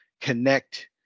connect